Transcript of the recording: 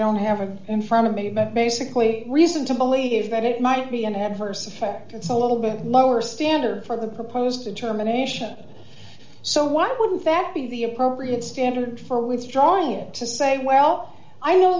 don't have it in front of me but basically a reason to believe that it might be an adverse effect it's a little bit lower standard for the proposed determination so why wouldn't that be the appropriate standard for withdrawing it to say well i no